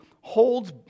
holds